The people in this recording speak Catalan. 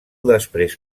després